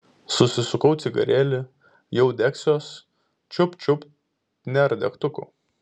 susisukau cigarėlį jau degsiuos čiupt čiupt nėr degtukų